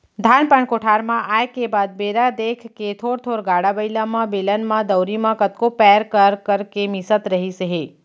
धान पान कोठार म आए के बाद बेरा देख के थोर थोर गाड़ा बइला म, बेलन म, दउंरी म कतको पैर कर करके मिसत रहिस हे